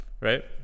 Right